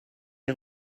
est